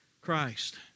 christ